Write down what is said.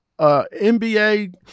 NBA